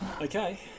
Okay